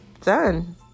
done